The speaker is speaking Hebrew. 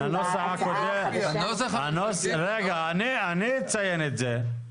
הנוסח הקודם, צריך לציין,